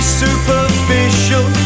superficial